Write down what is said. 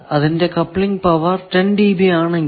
അതിന്റെ coupling power 10 dB ആണെങ്കിലും